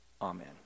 Amen